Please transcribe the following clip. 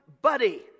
Buddy